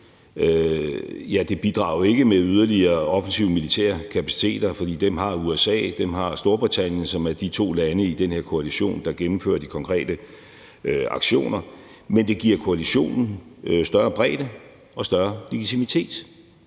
Ja, det bidrager jo ikke med yderligere offensive militære kapaciteter, for dem har USA, dem har Storbritannien, som er de to lande i den her koalition, der gennemfører de konkrete aktioner, men det giver koalitionen større bredde og større legitimitet,